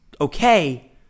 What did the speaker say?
okay